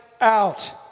out